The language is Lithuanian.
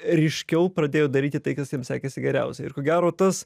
ryškiau pradėjo daryti tai kas jam sekėsi geriausiai ir ko gero tas